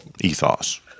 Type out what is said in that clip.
ethos